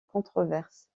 controverses